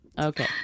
Okay